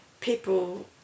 people